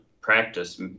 practice